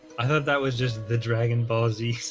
i thought that was just the dragon ball z.